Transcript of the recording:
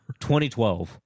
2012